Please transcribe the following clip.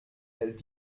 hält